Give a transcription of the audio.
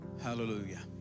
Hallelujah